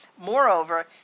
Moreover